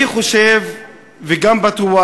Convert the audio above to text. אני חושב, וגם בטוח,